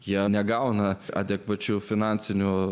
jie negauna adekvačių finansinių